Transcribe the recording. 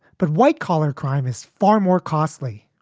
but white collar crime is far more costly.